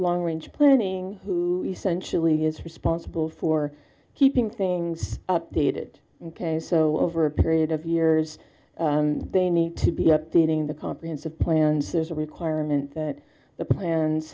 long range planning who essentially is responsible for keeping things updated ok so over a period of years they need to be updating the comprehensive plans is a requirement that the